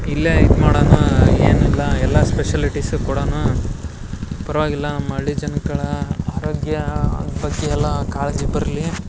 ಇಲ್ಲೇ ಇದ್ ಮಾಡನಾ ಏನಿಲ್ಲ ಎಲ್ಲ ಸ್ಪೆಷಲಿಟಿಸ್ ಕೊಡನಾ ಪರ್ವಾಗಿಲ್ಲ ನಮ್ ಅಳ್ಳಿ ಜನ್ಕಳಾ ಆರೋಗ್ಯಾದ್ ಬಗ್ಗೆ ಎಲ್ಲಾ ಕಾಳ್ಜಿ ಬರ್ಲಿ